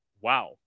wow